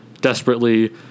desperately